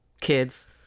Kids